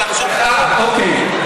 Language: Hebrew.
אוקיי.